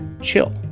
chill